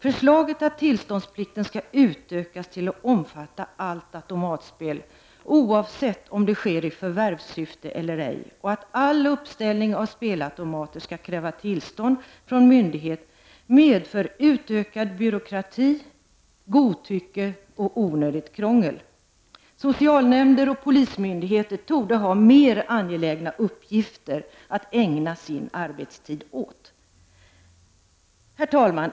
Förslaget att tillståndsplikten skall utökas till att omfatta allt automatspel, oavsett om det sker i förvärvssyfte eller ej, och att all uppställning av spelautomater skall kräva tillstånd från myndighet medför utökad byråkrati, godtycke och onödigt krångel. Socialnämnder och polismyndigheter torde ha mer angelägna uppgifter att ägna sin arbetstid åt. Herr talman!